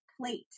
Plate